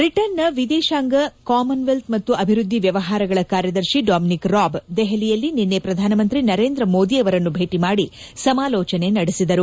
ಬ್ರಿಟನ್ನ ವಿದೇಶಾಂಗ ಕಾಮನ್ವೆಲ್ತ್ ಮತ್ತು ಅಭಿವೃದ್ದಿ ವ್ಯವಹಾರಗಳ ಕಾರ್ಯದರ್ಶಿ ಡೊಮಿನಿಕ್ ರಾಬ್ ದೆಹಲಿಯಲ್ಲಿ ನಿನ್ನೆ ಪ್ರಧಾನಮಂತ್ರಿ ನರೇಂದ್ರ ಮೋದಿಯವರನ್ನು ಭೇಟಿ ಮಾದಿ ಸಮಾಲೋಚನೆ ನಡೆಸಿದರು